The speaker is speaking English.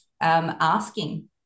asking